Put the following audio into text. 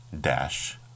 dash